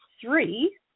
three